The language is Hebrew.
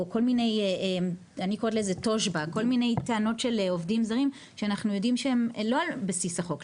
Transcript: כל מיני טענות של עובדים זרים שאנחנו יודעים שהן לא על בסיס החוק,